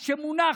שמונח.